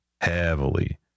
heavily